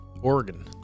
Oregon